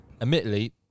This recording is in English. admittedly